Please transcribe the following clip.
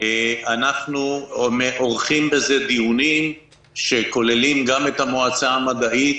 אנחנו עורכים על זה דיונים שכוללים גם את המועצה המדעית,